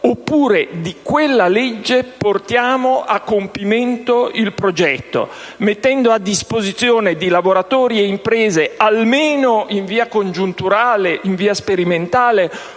oppure di quella legge portiamo a compimento il progetto, mettendo a disposizione di lavoratori e imprese - almeno in via congiunturale, sperimentale